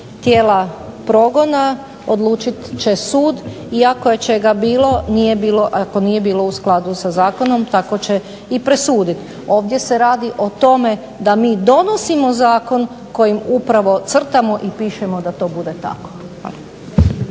tijela progona, odlučit će sud i ako je čega bilo, ako nije bilo u skladu sa zakonom tako će i presuditi. Ovdje se radi o tome da i donosimo zakon kojim upravo crtamo i pišemo da to bude tako.